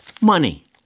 money